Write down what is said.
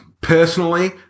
personally